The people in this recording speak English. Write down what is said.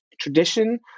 tradition